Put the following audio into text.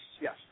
yes